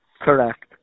Correct